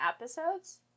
episodes